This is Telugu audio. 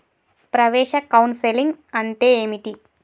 ప్రవేశ కౌన్సెలింగ్ అంటే ఏమిటి?